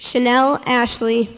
chanel ashley